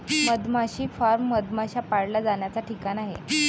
मधमाशी फार्म मधमाश्या पाळल्या जाण्याचा ठिकाण आहे